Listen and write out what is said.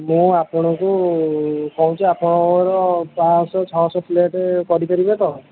ମୁଁ ଆପଣଙ୍କୁ କହୁଛି ଆପଣଙ୍କର ପାଞ୍ଚଶହ ଛଅଶହ ପ୍ଲେଟ୍ କରି ପାରିବେ ତ